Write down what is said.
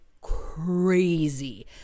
crazy